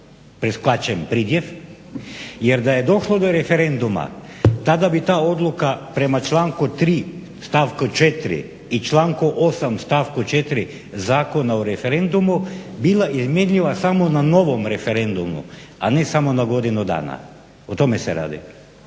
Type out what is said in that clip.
preskačem pridjev, jer da je došlo do referenduma tada bi ta odluka prema članku 3. stavku 4. i članku 8. stavku 4. Zakona o referendumu bila izmjenjiva samo na novom referendumu, a ne samo na godinu dana. O tome se radi.